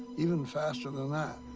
even faster than that.